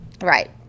right